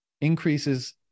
increases